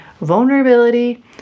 vulnerability